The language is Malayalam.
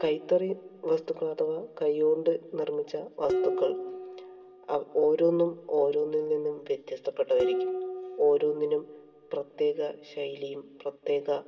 കൈത്തറി വസ്തുക്കൾ അഥവാ കൈ കൊണ്ട് നിർമിച്ച വസ്തുക്കൾ അവ ഓരോന്നും ഓരോന്നിൽ നിന്നും വ്യത്യസ്തപ്പെട്ടതായിരിക്കും ഓരോന്നിനും പ്രത്യേക ശൈലിയും പ്രത്യേക